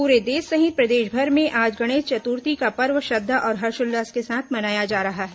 पूरे देश सहित प्रदेशभर में आज गणेश चतुर्थी का पर्व श्रद्वा और हर्षोल्लास के साथ मनाया जा रहा है